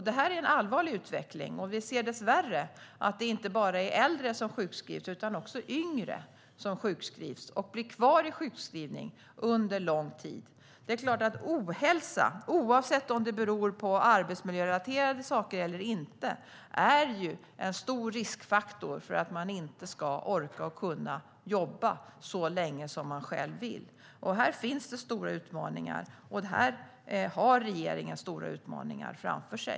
Det är en allvarlig utveckling, och vi ser dessvärre att det inte bara är äldre utan också yngre som sjukskrivs och blir kvar i sjukskrivning under lång tid. Ohälsa, oavsett om det beror på arbetsmiljörelaterade saker eller inte, är en stor riskfaktor när det gäller att inte orka och kunna jobba så länge som man själv vill. Här finns det stora utmaningar, och regeringen har stora utmaningar framför sig.